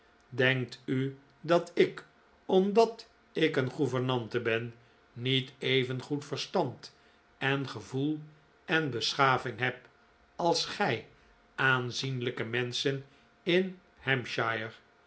denkt u dat ik omdat ik een gouvernante ben niet evengoed verstand en gevoel en beschaving heb als gij aanzienlijke menschen in